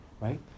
right